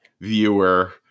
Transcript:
viewer